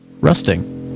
rusting